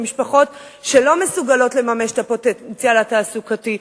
ומשפחות שלא מסוגלות לממש את הפוטנציאל התעסוקתי.